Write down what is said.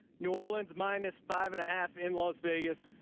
new orleans, minus five and a half in las vegas.